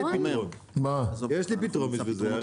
יש לי פתרון לזה.